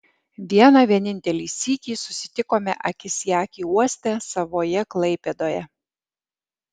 vieną vienintelį sykį susitikome akis į akį uoste savoje klaipėdoje